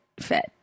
fit